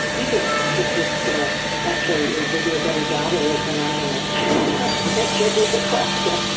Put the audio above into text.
easily, just as actually they do a better job at it than i am of answering your questions.